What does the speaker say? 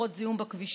פחות זיהום בכבישים.